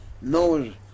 knows